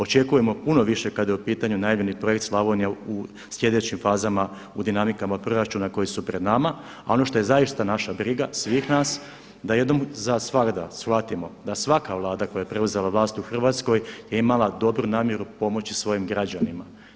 Očekujemo puno više kada je u pitanju naivni projekt Slavonije u slijedećim fazama u dinamikama od proračuna koji su pred nama a ono što je zaista naša briga svih nas da jednom zasvagda shvatimo da svaka Vlada koje je preuzela vlast u Hrvatskoj je imala dobru namjeru pomoći svojim građanima.